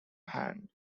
hanged